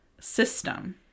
system